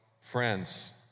friends